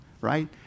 right